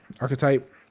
archetype